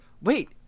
wait